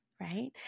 right